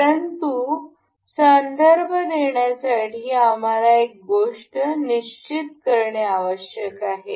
परंतु संदर्भ देण्यासाठी आम्हाला एका गोष्टी निश्चित करणे आवश्यक आहे